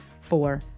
four